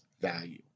value